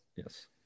Yes